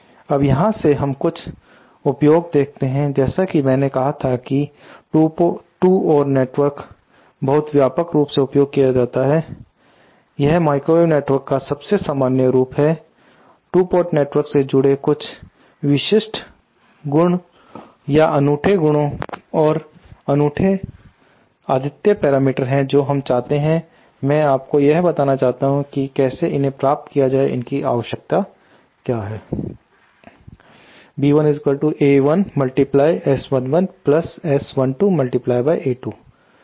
अब यहां से हम कुछ उपयोग देखते हैं जैसा कि मैंने कहा था की 2 और नेटवर्क बहुत व्यापक रूप से उपयोग किया जाता है यह माइक्रोवेव नेटवर्क का सबसे सामान्य रूप है 2 पोर्ट नेटवर्क से जुड़े कुछ विशिष्ट गुण या अनूठे परिणाम या अनूठे आदित्य पैरामीटर है जो हम चाहते हैं मैं आपको यह बताना चाहता हूं की कैसे इन्हें प्राप्त किया जाए और इनकी आवश्यकता क्या है